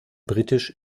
britisch